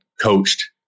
coached